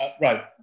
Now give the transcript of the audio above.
right